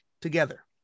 together